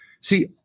See